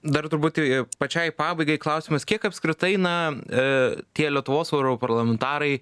dar truputį pačiai pabaigai klausimas kiek apskritai na tie lietuvos europarlamentarai